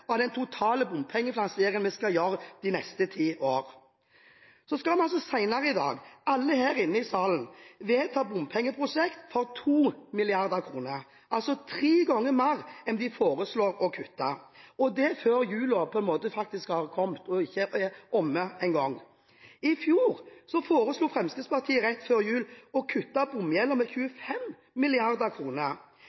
av den totale bompengefinansieringen de neste ti år. Vi skal senere i dag her i salen vedta bompengeprosjekt for 2 mrd. kr – altså tre ganger mer enn de foreslår å kutte – og det før jula faktisk har kommet i gang! I fjor foreslo Fremskrittspartiet rett før jul å kutte bomgjelden med